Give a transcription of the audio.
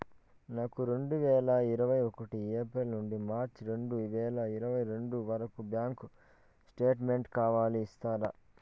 నాకు రెండు వేల ఇరవై ఒకటి ఏప్రిల్ నుండి మార్చ్ రెండు వేల ఇరవై రెండు వరకు బ్యాంకు స్టేట్మెంట్ కావాలి ఇస్తారా